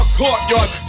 courtyard